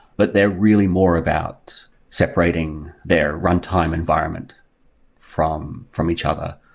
but they're really more about separating their runtime environment from from each other,